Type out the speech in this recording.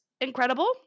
incredible